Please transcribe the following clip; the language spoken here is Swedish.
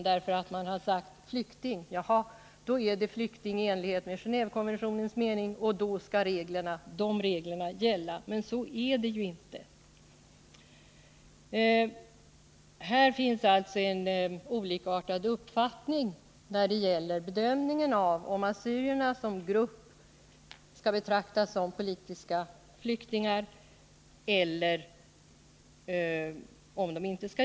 Man har nämligen sagt: Är du flykting så är du det i enlighet med Genåvekonventionen, och då skall de reglerna gälla. Men så är det ju inte. Det finns olika bedömningar av om assyrierna som grupp skall betraktas som politiska flyktingar eller inte.